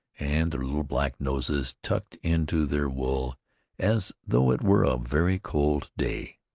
and their little black noses tucked into their wool as though it were a very cold day.